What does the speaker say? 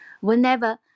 Whenever